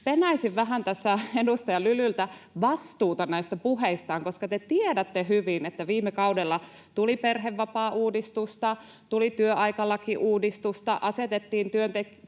tässä edustaja Lylyltä vastuuta näistä puheistaan, koska te tiedätte hyvin, että viime kaudella tuli perhevapaauudistusta, tuli työaikalakiuudistusta,